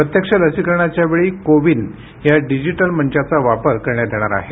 प्रत्यक्ष लसीकरणाच्या वेळी को विन या डिजिटल मंचाचा वापर करण्यात येणार आहे